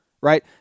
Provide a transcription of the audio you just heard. right